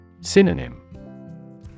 Synonym